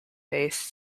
based